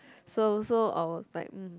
so so I was like